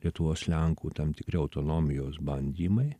lietuvos lenkų tam tikri autonomijos bandymai